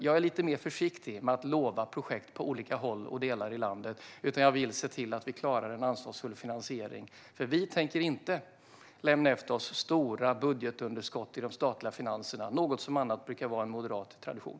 Jag är lite mer försiktig med att lova projekt på olika håll och i olika delar i landet. Jag vill se till att vi klarar en ansvarsfull finansiering. Vi tänker nämligen inte lämna efter oss stora budgetunderskott i de statliga finanserna. Det är annars något som brukar vara en moderat tradition.